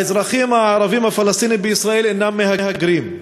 האזרחים הערבים הפלסטינים בישראל אינם מהגרים.